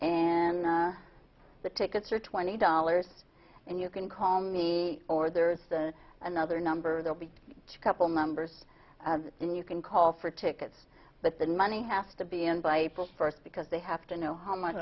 and the tickets are twenty dollars and you can call me or there's another number there'll be a couple numbers and you can call for tickets but the money has to be in by people first because they have to know how much